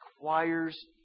requires